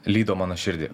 lydo mano širdį